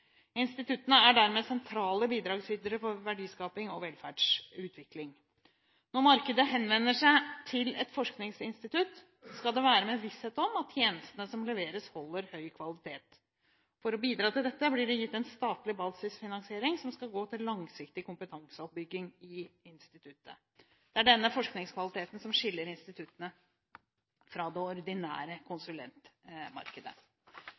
Instituttene er dermed sentrale bidragsytere for verdiskaping og velferdsutvikling. Når markedet henvender seg til et forskningsinstitutt, skal det være med visshet om at tjenestene som leveres, holder høy kvalitet. For å bidra til dette blir det gitt en statlig basisfinansiering som skal gå til langsiktig kompetanseoppbygging i instituttet. Det er denne forskningskvaliteten som skiller instituttene fra det ordinære